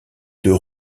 deux